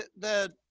the,